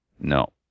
No